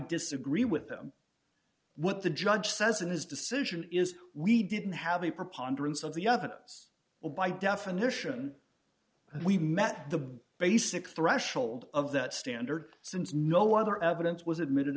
disagree with him what the judge says in his decision is we didn't have a preponderance of the other or by definition we met the basic threshold of the standard since no other evidence was admitted